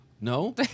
No